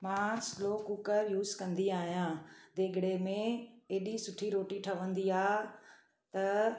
मां slow cooker use कंदी आहियां देगिड़े में हेॾी सुठी रोटी ठहंदी आहे त